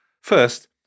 First